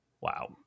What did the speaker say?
wow